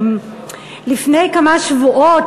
לפני כמה שבועות,